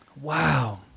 Wow